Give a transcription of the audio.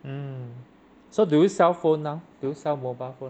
mm so do you sell phone now do you sell mobile phone